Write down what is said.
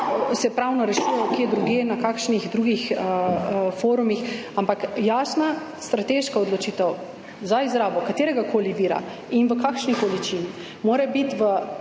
se pravno rešujejo kje drugje, na kakšnih drugih forumih, ampak jasna strateška odločitev za izrabo kateregakoli vira in v kakšni količini